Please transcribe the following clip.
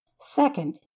Second